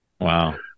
Wow